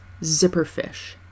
Zipperfish